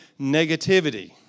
negativity